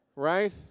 right